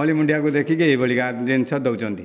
ମଳି ମୁଣ୍ଡିଆକୁ ଦେଖିକି ଏହି ଭଳିକା ଜିନିଷ ଦେଉଛନ୍ତି